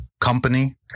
company